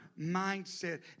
mindset